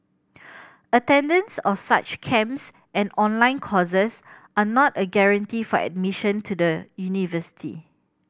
attendance of such camps and online courses are not a guarantee for admission to the university